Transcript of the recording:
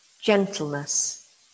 gentleness